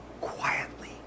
quietly